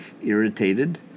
irritated